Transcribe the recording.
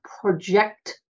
project